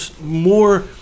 more